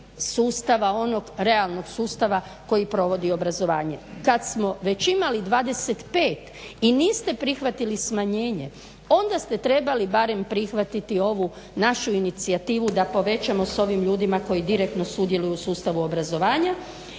sustava, onog realnog sustava koji provodi obrazovanje. Kad smo već imali 25 i niste prihvatili smanjenje onda ste trebali barem prihvatiti ovu našu inicijativu da povećamo sa ovim ljudima koji direktno sudjeluju u sustavu obrazovanja.